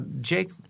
Jake